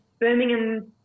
Birmingham